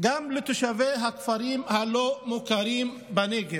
גם לתושבי הכפרים הלא-מוכרים בנגב,